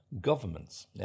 governments